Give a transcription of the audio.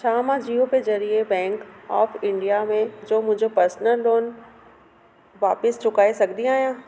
छा मां जीओ पे ज़रिए बैंक ऑफ इंडिया जो मुंहिंजो पर्सनल लोन वापिसि चुकाइ सघंदी आहियां